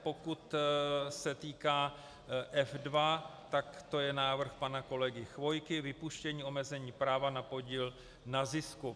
Pokud se týká F2, to je návrh pana kolegy Chvojky vypuštění omezení práva na podíl na zisku.